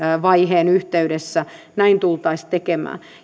vaiheen yhteydessä näin tultaisiin tekemään